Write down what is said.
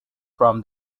from